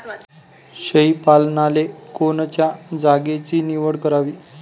शेळी पालनाले कोनच्या जागेची निवड करावी?